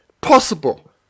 possible